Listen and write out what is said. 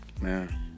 Man